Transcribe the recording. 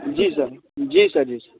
जी sir जी sir जी स